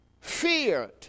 feared